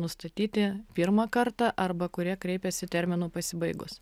nustatyti pirmą kartą arba kurie kreipiasi terminu pasibaigus